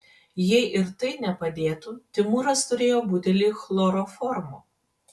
jei ir tai nepadėtų timūras turėjo butelį chloroformo